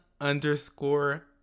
underscore